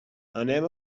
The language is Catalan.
anem